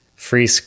Free